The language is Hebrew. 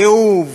תיעוב,